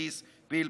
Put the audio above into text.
בתרסיס פלפל,